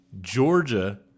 Georgia